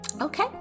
Okay